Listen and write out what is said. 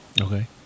Okay